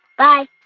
bye